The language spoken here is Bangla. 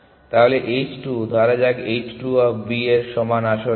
তাহলে h 2 ধরা যাক h 2 অফ B এর সমান আসলে 50